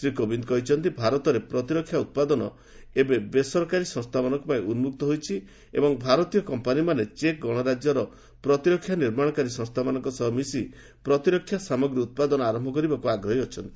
ଶ୍ରୀ କୋବିନ୍ଦ୍ କହିଛନ୍ତି ଭାରତରେ ପ୍ରତିରକ୍ଷା ଉତ୍ପାଦନ ଏବେ ବେସରକାରୀ ସଂସ୍ଥାମାନଙ୍କପାଇଁ ଉନ୍କକ୍ତ ହୋଇଛି ଏବଂ ଭାରତୀୟ କମ୍ପାନୀମାନେ ଚେକ୍ ଗଣରାଜ୍ୟର ପ୍ରତିରକ୍ଷା ନିର୍ମାଣକାରୀ ସଂସ୍ଥାମାନଙ୍କ ସହ ମିଶି ପ୍ରତିରକ୍ଷା ସାମଗ୍ରୀ ଉତ୍ପାଦନ ଆରମ୍ଭ କରିବାକ୍ ଆଗ୍ରହୀ ଅଛନ୍ତି